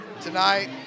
tonight